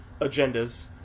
agendas